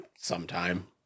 Sometime